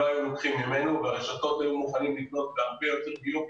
לא היו לוקחים ממנו והרשתות היו מוכנות לקנות בהרבה יותר מחוץ